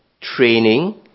training